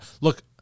Look